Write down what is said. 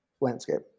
landscape